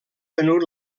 venut